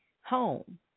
home